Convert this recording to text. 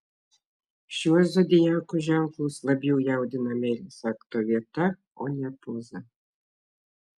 šiuos zodiako ženklus labiau jaudina meilės akto vieta o ne poza